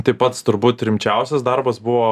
tai pats turbūt rimčiausias darbas buvo